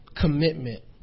commitment